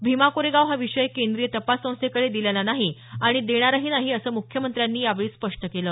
भीमा कोरेगाव हा विषय केंद्रीय तपास संस्थेकडे दिलेला नाही आणि देणारही नाही असं मुख्यमंत्र्यांनी यावेळी स्पष्ट केलं